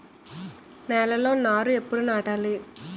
నేలలో నారు ఎప్పుడు నాటాలి?